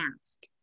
ask